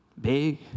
big